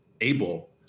able